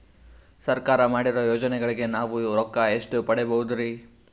ಸರ್ಕಾರ ಮಾಡಿರೋ ಯೋಜನೆಗಳಿಗೆ ನಾವು ರೊಕ್ಕ ಎಷ್ಟು ಪಡೀಬಹುದುರಿ?